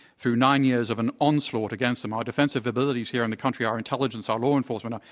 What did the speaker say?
through nine years of an onslaught against them, our defensive abilities here in the country, our intelligence, our law enforcement,